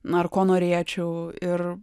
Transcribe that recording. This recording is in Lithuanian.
ar ko norėčiau ir